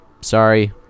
sorry